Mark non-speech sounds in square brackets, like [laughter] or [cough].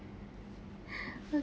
[breath] okay